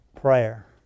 prayer